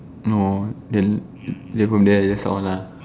no then then from there that's all lah